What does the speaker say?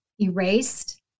erased